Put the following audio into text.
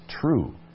true